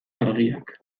argiak